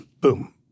boom